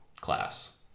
class